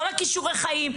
כל הכישורי חיים,